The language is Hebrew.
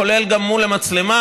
כולל גם מול המצלמה,